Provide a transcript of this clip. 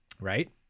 right